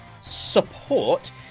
support